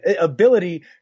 ability